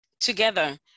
together